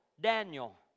Daniel